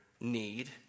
need